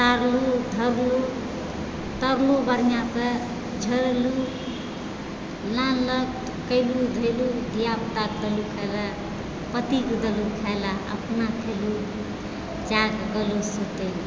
उतारलहुँ धरलहुँ तरलहुँ बढ़िआँसँ झोरेलहुँ लाल लाल कैलहुँ धेलहुँ धियापुताके कहलहुँ खाइलेल पतिके देलहुँ खाइलेल अपना खेलहुँ सएह करलहुँ